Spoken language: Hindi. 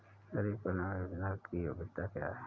गरीब कल्याण योजना की योग्यता क्या है?